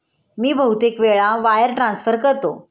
मी बहुतेक वेळा wire transfer करतो